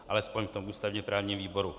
Alespoň v tom ústavněprávním výboru.